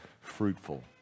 fruitful